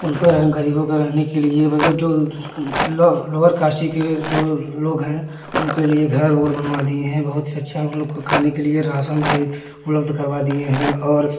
उनको रहने गरीबों के रहने के लिए मतलब जो लो लोअर काष्ट के जो लोग है उनको लिए घर वह बनवा दिए है बहुत ही अच्छा हम लोग को खाने के लिए राशन भी उपलब्ध करवा दिए हैं और